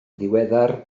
ddiweddar